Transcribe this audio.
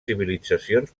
civilitzacions